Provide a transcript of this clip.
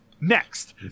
Next